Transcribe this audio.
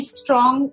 strong